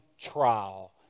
trial